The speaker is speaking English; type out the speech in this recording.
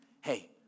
hey